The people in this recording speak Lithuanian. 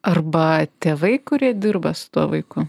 arba tėvai kurie dirba su tuo vaiku